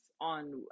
on